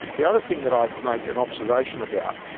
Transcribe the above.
the other thing that i make an observation about,